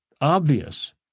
obvious